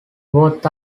both